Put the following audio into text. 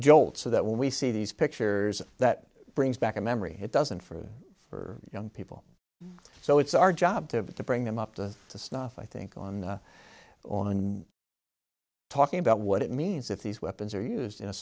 jolt so that when we see these pictures that brings back a memory it doesn't for for young people so it's our job to bring them up to snuff i think on the on talking about what it means if these weapons are used in a